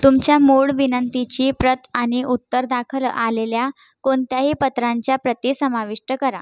तुमच्या मूळ विनंतीची प्रत आणि उत्तरादाखल आलेल्या कोणत्याही पत्रांच्या प्रती समाविष्ट करा